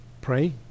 pray